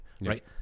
right